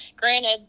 granted